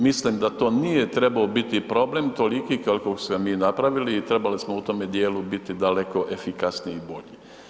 Mislim da to nije trebao biti problem toliki kakvog smo i napravili i trebali smo u tom dijelu biti daleko efikasniji i bolji.